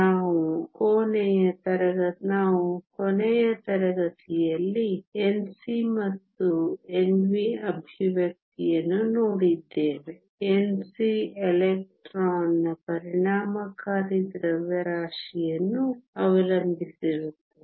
ನಾವು ಕೊನೆಯ ತರಗತಿಯಲ್ಲಿ Nc ಮತ್ತು Nv ಎಕ್ಸ್ಪ್ರೆಶನ್ ಅನ್ನು ನೋಡಿದ್ದೇವೆ Nc ಎಲೆಕ್ಟ್ರಾನ್ನ ಪರಿಣಾಮಕಾರಿ ದ್ರವ್ಯರಾಶಿಯನ್ನು ಅವಲಂಬಿಸಿರುತ್ತದೆ